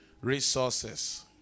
resources